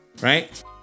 Right